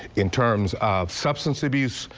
in terms of substance abuse,